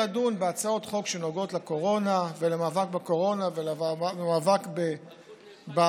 לדון בהצעות חוק שנוגעות לקורונה ולמאבק בקורונה ולמאבק באבטלה,